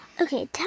Okay